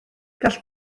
gall